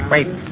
Wait